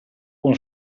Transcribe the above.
con